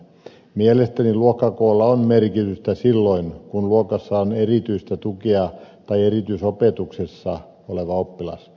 mielestäni luokkakoolla on merkitystä silloin kun luokassa on erityistä tukea tai erityisopetuksessa oleva oppilas